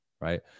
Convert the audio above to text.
right